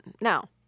Now